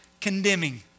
condemning